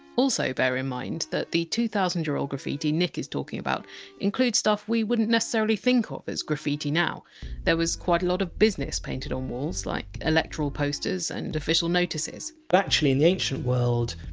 also, bear in mind that the two thousand year old graffiti nick is talking about includes stuff we wouldn! t necessarily think ah of as graffiti now there was quite a lot of business painted on walls, like electoral posters and official notices but actually in the ancient world,